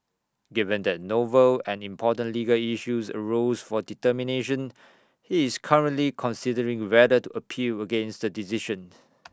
given that novel and important legal issues arose for determination he is currently considering whether to appeal against decision